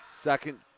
Second